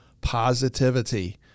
positivity